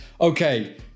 Okay